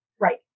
Right